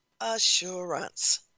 assurance